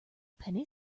penny